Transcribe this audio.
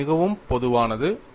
இது மிகவும் பொதுவானது